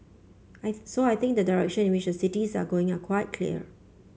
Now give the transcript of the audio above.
I so I think the direction in which the cities are going are quite clear